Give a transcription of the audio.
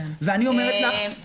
ואני אומרת לך,